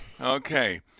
Okay